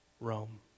Rome